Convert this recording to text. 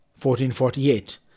1448